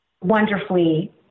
wonderfully